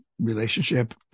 relationship